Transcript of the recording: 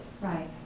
Right